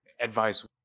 advice